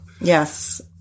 Yes